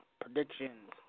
predictions